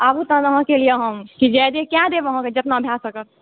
आबु तहन अहाँकेँ हम क्लियर कए देब अहाँकेँ जतबा भए सकत